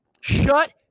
Shut